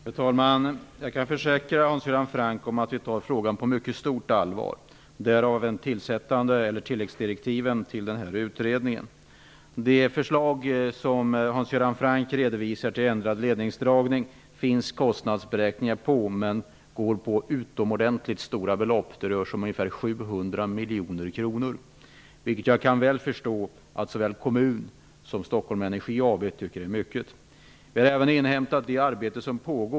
Fru talman! Jag kan försäkra Hans Göran Franck att vi tar frågan på stort allvar -- därav tilläggsdirektiven till utredningen. Det finns kostnadsberäkningar på det förslag som Hans Göran Franck redovisade om ändrad ledningsdragning. Det är fråga om utomordentligt stora belopp. Det rör sig om ungefär 700 miljoner kronor. Jag kan väl förstå att såväl Solna kommun som Stockholm Energi AB tycker att det är mycket. Jag har även inhämtat uppgifter om det arbete som pågår.